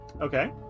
Okay